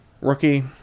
Rookie